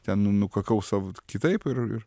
ten nu nukakau savo kitaip ir ir